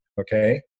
okay